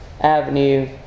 avenue